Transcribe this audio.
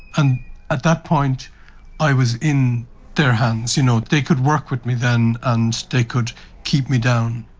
and at that point i was in their hands, you know they could work with me then and they could keep me down.